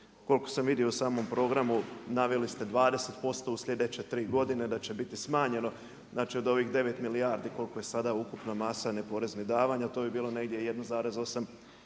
Koliko sam vidio u samom programu, naveli ste 20% u sljedeće tri godine da će biti smanjeno, znači od ovih 9 milijardi koliko je sada ukupna masa neporeznih davanja, to bi bilo negdje 1,8 milijardi